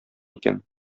икән